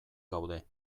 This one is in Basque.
gaude